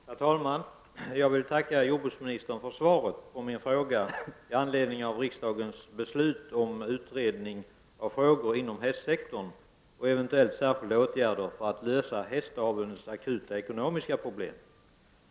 Herr talman! Jag tackar jordbruksministern för svaret på min fråga i anledning av riksdagens beslut om utredning av frågor inom hästsektorn och eventuellt särskilda åtgärder för att lösa hästavelns akuta ekonomiska problem.